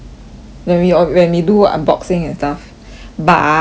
when we when we do unboxing and stuff but